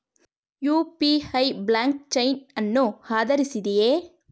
UPI blockchain ಅನ್ನು ಆಧರಿಸಿದೆಯೇ?